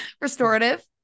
Restorative